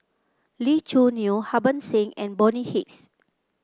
Lee Choo Neo Harbans Singh and Bonny Hicks